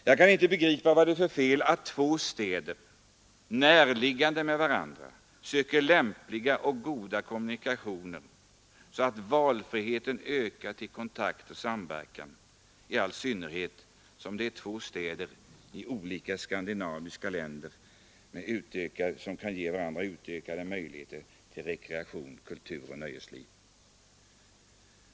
Jag kan inte begripa vad det är för fel att två städer, närliggande varandra, söker lämpliga och goda kommunikationer, så att valfriheten ökar till kontakt och samverkan, i all synnerhet som det är två städer i olika skandinaviska länder som kan ge varandra utökade möjligheter till rekreation, kultur och nöjesliv.